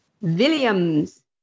Williams